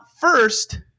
first